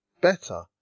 better